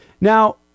Now